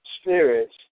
spirits